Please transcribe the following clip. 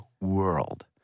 world